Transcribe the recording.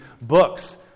books